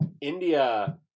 India